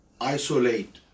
isolate